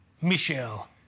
Michelle